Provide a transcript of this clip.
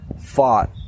fought